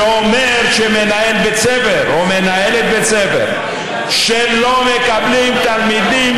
שאומר שמנהל בית ספר או מנהלת בית ספר שלא מקבלים תלמידים,